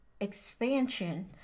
expansion